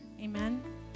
Amen